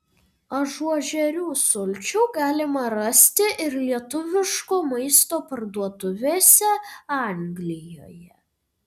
ažuožerių sulčių galima rasti ir lietuviško maisto parduotuvėse anglijoje